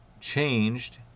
changed